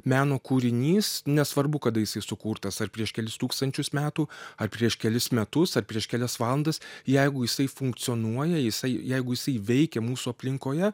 meno kūrinys nesvarbu kada jisai sukurtas ar prieš kelis tūkstančius metų ar prieš kelis metus ar prieš kelias valandas jeigu jisai funkcionuoja jisai jeigu jisai veikia mūsų aplinkoje